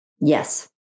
Yes